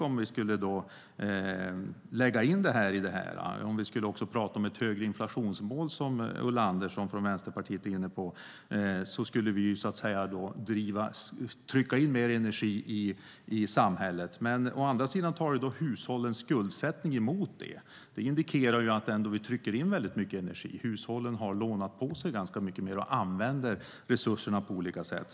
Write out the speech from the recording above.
Om vi pratar om ett högre inflationsmål, som Ulla Andersson från Vänsterpartiet är inne på, skulle vi trycka in mer energi i samhället. Men å andra sidan talar hushållens skuldsättning emot det. Det indikerar att vi ändå trycker in väldigt mycket energi. Hushållen har lånat på sig ganska mycket och använder resurserna på olika sätt.